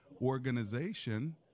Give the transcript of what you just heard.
organization